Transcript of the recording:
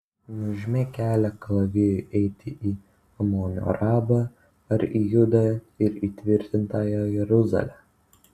nužymėk kelią kalavijui eiti į amono rabą ar į judą ir įtvirtintąją jeruzalę